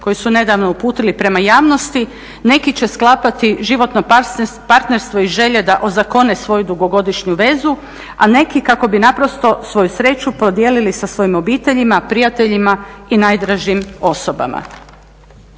koje su nedavno uputili prema javnosti, neki će sklapati životno partnerstvo i želje da ozakone svoju dugogodišnju vezi, a neki kako bi naprosto svoju sreću podijelili sa svojim obiteljima, prijateljima i najdražim osobama.